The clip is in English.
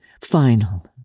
final